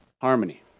Harmony